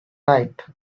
night